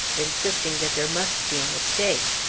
insisting that there must be a mistake,